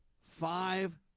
five